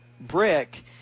brick